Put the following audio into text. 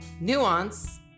Nuance